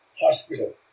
Hospital